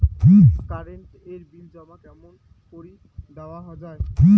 Current এর bill জমা কেমন করি দেওয়া যায়?